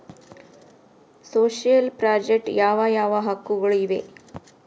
Social project ಯಾವ ಯಾವ ಹಕ್ಕುಗಳು ಇವೆ?